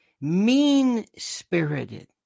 mean-spirited